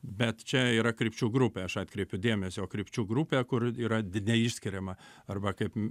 bet čia yra krypčių grupė aš atkreipiu dėmesį o krypčių grupė kur yra neišskiriama arba kaip